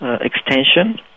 extension